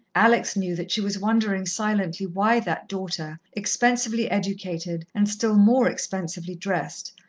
alex knew that she was wondering silently why that daughter, expensively educated and still more expensively dressed,